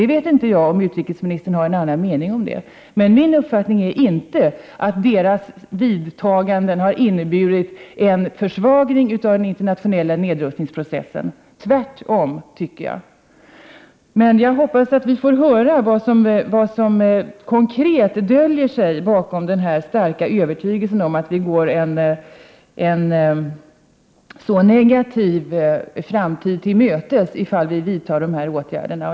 Kanske utrikesministern har en annan mening om den saken, men min uppfattning är att deras vidtagande av åtgärder inte har inneburit en försvagning av den internationella nedrustningsprocessen, snarare tvärtom. Jag hoppas att vi får höra vad som konkret döljer sig bakom denna starka övertygelse, om att vi går en så negativ framtid till mötes ifall vi vidtar dessa åtgärder.